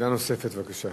שאלה נוספת, בבקשה.